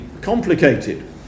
complicated